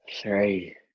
Three